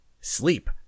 sleep